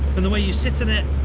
and the way you sit on it,